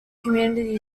community